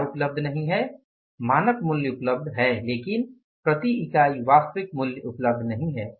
क्या उपलब्ध नहीं है मानक मूल्य उपलब्ध है लेकिन प्रति इकाई वास्तविक मूल्य उपलब्ध नहीं है